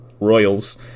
royals